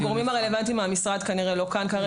הגורמים הרלוונטיים מהמשרד כנראה לא כאן כרגע,